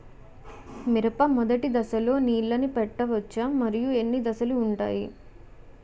మిరప మొదటి దశలో నీళ్ళని పెట్టవచ్చా? మరియు ఎన్ని దశలు ఉంటాయి?